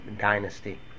dynasty